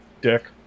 dick